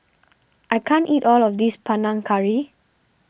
I can't eat all of this Panang Curry